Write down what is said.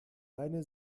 deine